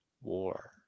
war